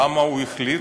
למה הוא החליט?